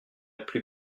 plus